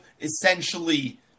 essentially